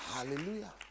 Hallelujah